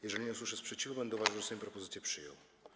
Jeżeli nie usłyszę sprzeciwu, będę uważał, że Sejm propozycję przyjął.